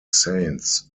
saints